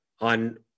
on